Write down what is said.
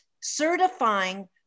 certifying